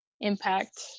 impact